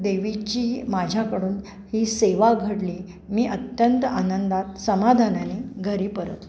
देवीची माझ्याकडून ही सेवा घडली मी अत्यंत आनंदात समाधानाने घरी परतली